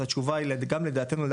אז התשובה היא גם לדעתנו,